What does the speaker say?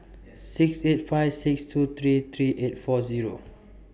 six eight five six two three three eight four Zero